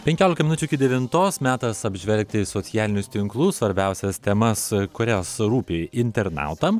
penkiolika minučių iki devintos metas apžvelgti socialinius tinklus svarbiausias temas kurios rūpi internautam